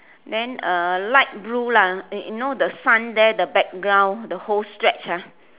then a light blue lah you you know the sun there the background the whole stretch ah